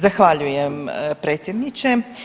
Zahvaljujem predsjedniče.